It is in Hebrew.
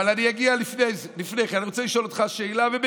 אבל לפני כן אני רוצה לשאול אותך שאלה, ובכנות.